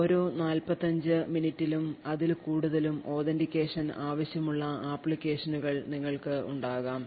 ഓരോ 45 മിനിറ്റിലും അതിൽ കൂടുതലും authentication ആവശ്യമുള്ള അപ്ലിക്കേഷനുകൾ നിങ്ങൾക്ക് ഉണ്ടാകാം